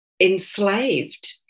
enslaved